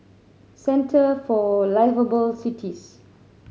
Centre for Liveable Cities